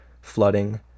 flooding